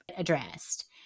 addressed